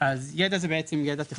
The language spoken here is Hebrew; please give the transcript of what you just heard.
אז ידע זה בעצם ידע טכנולוגי.